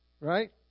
Right